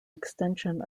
extension